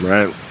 Right